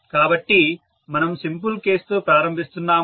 కాబట్టి మనము సింపుల్ కేసుతో ప్రారంభిస్తున్నాము